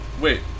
Wait